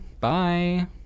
Bye